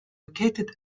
located